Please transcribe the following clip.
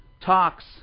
talks